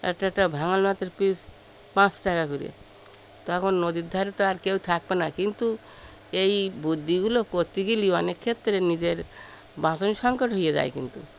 একটা একটা ভাঙাল মাথের পিস পাঁচ টাকা করে তো এখন নদীর ধারে তো আর কেউ থাকবে না কিন্তু এই বুদ্ধিগুলো করতে গেলে অনেক ক্ষেত্রে নিজের বাঁচন সঙ্কট হয়ে যায় কিন্তু